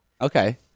Okay